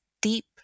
deep